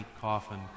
coffin